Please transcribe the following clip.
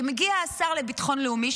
כי מגיע השר לביטחון לאומי,